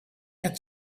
had